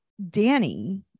Danny